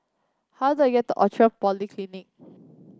how do I get to Outram Polyclinic